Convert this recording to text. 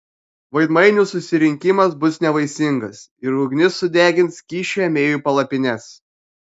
veidmainių susirinkimas bus nevaisingas ir ugnis sudegins kyšių ėmėjų palapines